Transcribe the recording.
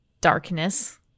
darkness